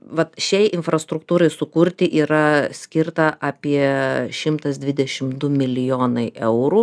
vat šiai infrastruktūrai sukurti yra skirta apie šimtas dvidešim du milijonai eurų